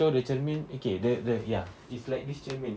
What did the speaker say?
so the cermin okay the the ya is like this cermin